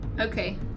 Okay